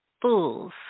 fools